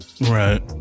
right